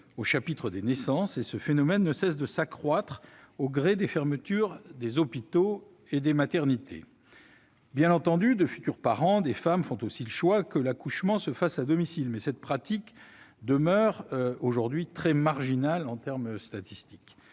au chapitre des naissances, et ce phénomène ne cesse de s'accroître au gré des fermetures des hôpitaux et des maternités. Bien entendu, des futurs parents, des femmes choisissent que l'accouchement se fasse à domicile, mais cette pratique demeure aujourd'hui très marginale en termes de statistiques.